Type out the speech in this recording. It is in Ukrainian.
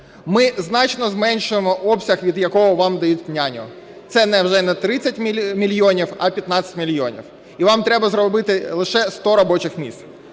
ми значно зменшуємо обсяг від якого вам дають "няню", це вже не 30 мільйонів, а 15 мільйонів і вам треба зробити лише 100 робочих місць.